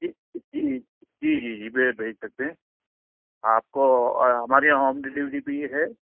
جی جی جی جی جی ب بھیج سکتے ہیں آپ کو ہمارے یہاں ہوم ڈلیوری بھی ہے